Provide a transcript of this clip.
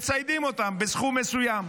מציידים אותם בסכום מסוים.